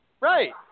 right